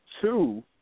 Two